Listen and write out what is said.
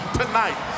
tonight